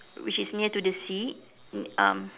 which is near to the sea um